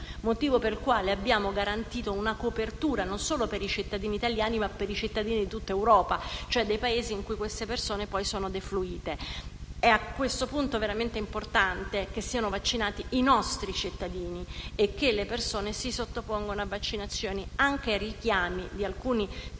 Abbiamo pertanto garantito una copertura non solo per i cittadini italiani, ma anche per quelli di tutta Europa, cioè dei Paesi in cui queste persone sono poi defluite. È a questo punto veramente importante che siano vaccinati i nostri cittadini e che le persone si sottopongano a vaccinazioni ed anche ai richiami di alcuni tipi